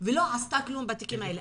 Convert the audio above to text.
לא עשתה כלום בתיקים אלה.